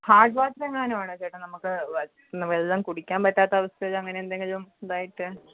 had water എങ്ങാനും ആണോ ചേട്ടാ നമുക്ക് വെള്ളം കുടിക്കാൻ പറ്റാത്ത അവസ്ഥയിൽ അങ്ങനെ എന്തെങ്കിലും ഇതായിട്ട്